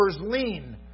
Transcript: lean